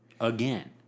Again